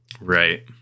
Right